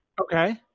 Okay